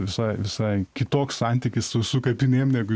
visai visai kitoks santykis su su kapinėm negu